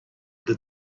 that